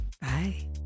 Bye